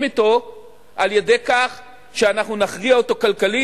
אתו על-ידי כך שאנחנו נכריע אותו כלכלית,